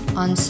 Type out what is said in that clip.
on